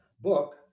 book